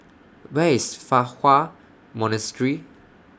Where IS Fa Hua Monastery